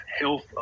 health